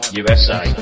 usa